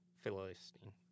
Philistine